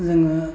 जोङो